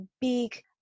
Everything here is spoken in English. big